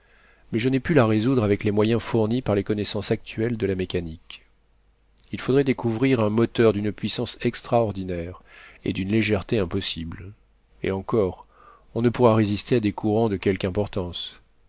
mais je n'ai pu la résoudre avec les moyens fournis par les connaissances actuelles de la mécanique il faudrait découvrir un moteur d'une puissance extraordinaire et d'une légèreté impossible et encore on ne pourra résister à des courants de quelque importance